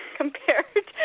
compared